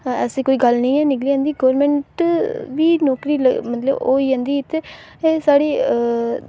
ऐसी कोई गल्ल निं ऐ निकली जंदी गौरमेंट नौकरी बी ओह् होई जंदी पर एह् साढ़ी